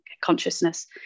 consciousness